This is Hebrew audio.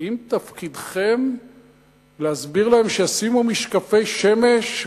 האם תפקידכם להסביר להם שישימו משקפי שמש,